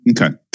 okay